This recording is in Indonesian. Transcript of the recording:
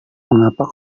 mengapa